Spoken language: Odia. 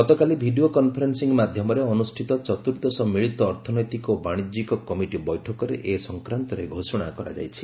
ଗତକାଲି ଭିଡ଼ିଓ କନ୍ଫରେନ୍ସିଂ ମାଧ୍ୟମରେ ଅନୁଷ୍ଠିତ ଚତୁର୍ଦ୍ଦଶ ମିଳିତ ଅର୍ଥନୈତିକ ଓ ବାଶିଜ୍ୟିକ କମିଟି ବୈଠକରେ ଏ ସଂକ୍ରାନ୍ତରେ ଘୋଷଣା କରାଯାଇଛି